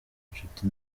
inshuti